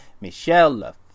Michelle